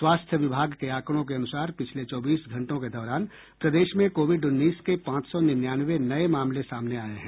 स्वास्थ्य विभाग के आंकड़ों के अनुसार पिछले चौबीस घंटों के दौरान प्रदेश में कोविड उन्नीस के पांच सौ निन्यानवे नये मामले सामने आये हैं